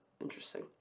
interesting